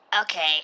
Okay